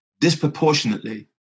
disproportionately